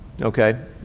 Okay